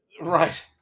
Right